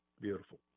Beautiful